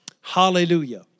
Hallelujah